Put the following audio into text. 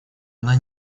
она